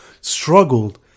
struggled